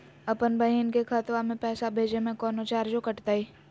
अपन बहिन के खतवा में पैसा भेजे में कौनो चार्जो कटतई?